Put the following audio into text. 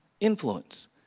influence